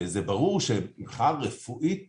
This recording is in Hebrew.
זה ברור שמבחינה רפואית טהורה,